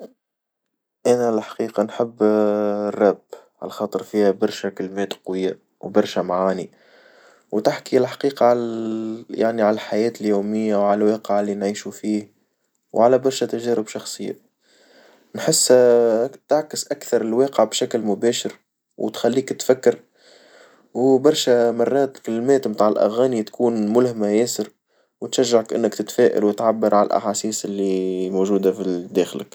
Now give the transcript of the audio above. أنا الحقيقة نحب الراب على خاطر فيها برشا كلمات قوية، وبرشا معاني وتحكي الحقيقة على يعني على الحياة اليومية وعلى الواقع اللي نعيشو فيه، وعلى برشا تجارب شخصية نحس تعكس أكثر الواقع بشكل مباشر، وتخليك تفكر وبرشا مرات كلمات متاع الأغاني تكون ملهمة ياسر وتشجع كإنك تتفائل وتعبرعن الأحاسيس اللي موجودة في الداخلك.